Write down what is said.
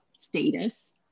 status